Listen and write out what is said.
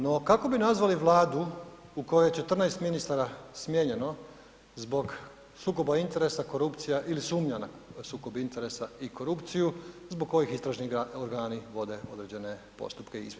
No kako bi nazvali Vladu u kojoj je 14 ministara smijenjeno zbog sukoba interesa, korupcija ili sumnja na sukob interesa i korupciju, zbog kojih istražni organi vode određene postupke i izvide?